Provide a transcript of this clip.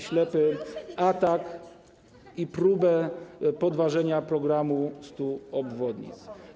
ślepy atak i próbę podważenia programu 100 obwodnic.